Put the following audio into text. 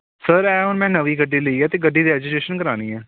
sir ਇਹ ਹੁਣ ਮੈਂ ਨਵੀਂ ਗੱਡੀ ਲਈ ਆ ਅਤੇ ਗੱਡੀ ਦੀ ਰੈਜਿਸਟ੍ਰੇਸ਼ਨ ਕਰਾਉਣੀ ਹੈ